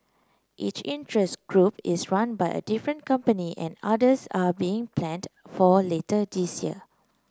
each interest group is run by a different company and others are being planned for later this year